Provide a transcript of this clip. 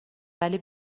ولی